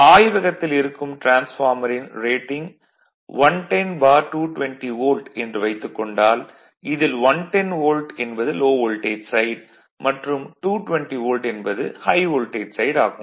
ஆய்வகத்தில் இருக்கும் டிரான்ஸ்பார்மரின் ரேட்டிங் 110220 வோல்ட் என்று வைத்துக் கொண்டால் இதில் 110 வோல்ட் என்பது லோ வோல்டேஜ் சைட் மற்றும் 220 வோல்ட் என்பது ஹை வோல்டேஜ் சைட் ஆகும்